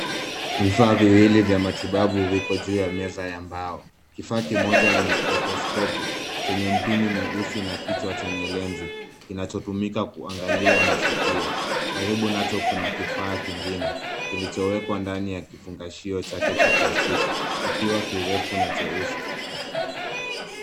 Vifaa viwili vya matibabu viko juu ya meza ya mbao, kifaa kimoja ni endoscope chenye mpini mweusi na kichwa chenye lense kinachotumika kuangalia masikio karibu nacho kuna kifaa kingine kilicho wekwa ndani ya kifungashio chake cha plastic kikiwa kirefu na cheusi.